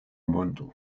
mondo